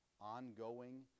ongoing